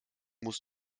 musst